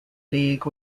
league